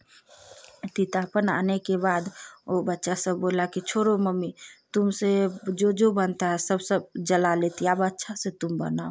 तीतापन आने के बाद वह बच्चा सब बोला कि छोड़ो मम्मी तुमसे जो जो बनता है सब सब जला लेती अब अच्छा से तुम बनाओ